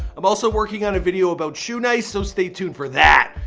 i'm also working on a video about shoenice so stay tuned for that.